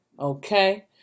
Okay